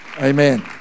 Amen